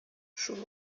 шул